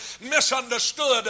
misunderstood